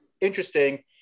interesting